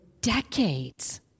decades